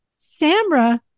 Samra